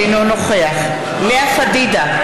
אינו נוכח לאה פדידה,